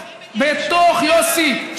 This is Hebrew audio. יוסי,